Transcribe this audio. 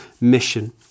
mission